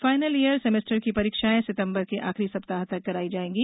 final year semester की परीक्षाएं सितंबर के आखिरी सप्ताह तक कराई जाएंगी